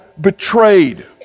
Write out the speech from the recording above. betrayed